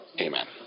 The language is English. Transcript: amen